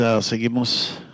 seguimos